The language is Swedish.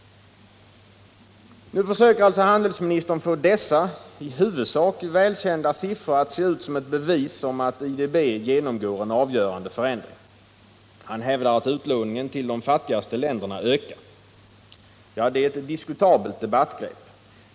Nu försöker alltså handelsministern få dessa i huvudsak välkända siffror att se ut som ett bevis på att IDB genomgår en avgörande förändring. Handelsministern hävdar att utlåningen till de fattigaste länderna ökar. Detta är ett diskutabelt debattgrepp.